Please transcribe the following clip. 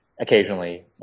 occasionally